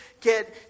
get